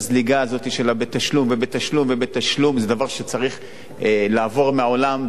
הזליגה הזאת של הבתשלום ובתשלום ובתשלום זה דבר שצריך לעבור מהעולם.